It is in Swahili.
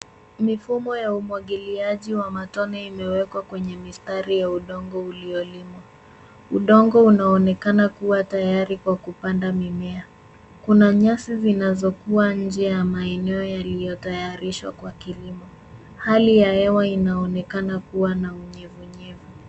Mifumo ya umwagiliaji wa matone imewekwa kwenye mistari ya udongo uliyolimwa. Udongo unaonekana kuwa tayari kwa kupanda mimea. Kuna nyasi zinazokua nje ya maeneo yaliyotayarishwa kwa kilimo. Hali ya hewa inaonekana kuwa na unyevunyevu.